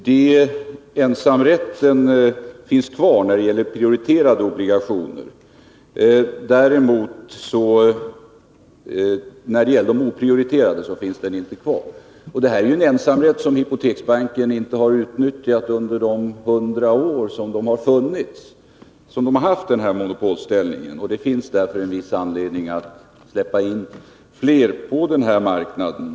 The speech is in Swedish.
Fru talman! Ensamrätten kommer att finnas kvar när det gäller prioriterade obligationer, däremot inte när det gäller de oprioriterade. Det här är ju en ensamrätt som hypoteksbanken inte har utnyttjat under de 100 år som den haft en monopolställning. Det finns därför viss anledning att släppa in flera på den här marknaden.